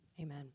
Amen